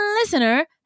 listener